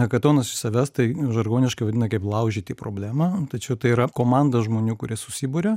hakatonas iš savęs tai žargoniškai vadina kaip laužyti problemą tačiau tai yra komanda žmonių kurie susiburia